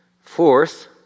Fourth